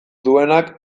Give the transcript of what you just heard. duenak